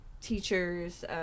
teachers